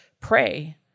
pray